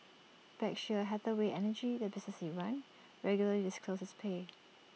Berkshire Hathaway energy the business he ran regularly disclosed his pay